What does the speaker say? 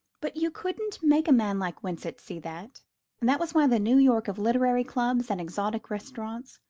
but you couldn't make a man like winsett see that and that was why the new york of literary clubs and exotic restaurants,